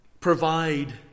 provide